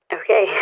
Okay